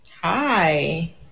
Hi